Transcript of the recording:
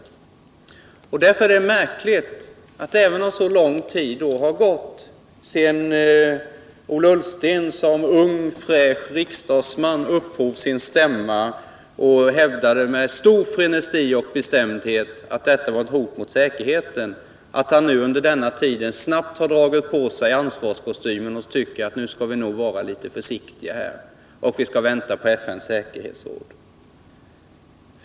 Trots att det har gått så 87 lång tid sedan Ola Ullsten som ung fräsch riksdagsman upphov sin stämma och med stor frenesi och bestämdhet hävdade att detta var ett hot mot säkerheten, är det märkligt att han nu snabbt har tagit på sig ansvarskostymen och tycker att vi skall vara litet försiktiga och vänta på FN:s säkerhetsråd.